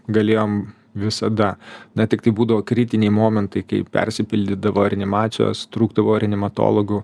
galėjom visada na tiktai būdavo kritiniai momentai kaip persipildydavo reanimacijos trūkdavo reanimatologų